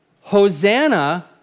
Hosanna